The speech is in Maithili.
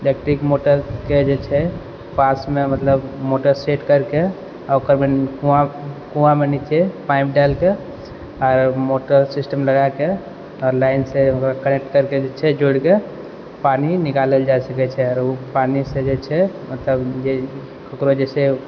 इलेक्ट्रिक मोटरके जे छै पासमे मतलब मोटर सेट कैरके आओर कुआँमे नीचे पाइप डालिके आओर मोटर सिस्टम लगायके आर लाइनसे करंटके जे छै जोड़िके पानि निकालल जा सकै छै आओर ओ पानि से जे छै मतलब जे ओकरा जे छै